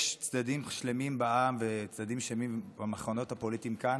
יש צדדים שלמים בעם וצדדים שלמים במחנות הפוליטיים כאן,